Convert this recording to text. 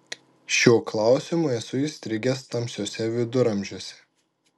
šiuo klausimu esu įstrigęs tamsiuose viduramžiuose